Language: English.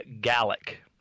Gallic